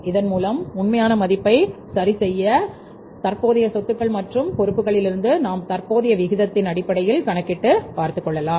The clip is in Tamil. இதன்மூலம் உண்மையான மதிப்பை சரிசெய்த தற்போதைய சொத்துக்கள் மற்றும் பொறுப்புகளிலிருந்து நாம் தற்போதைய விகிதத்தின் அடிப்படையில் கணக்கிட்டுப் பார்த்துக்கொள்ளலாம்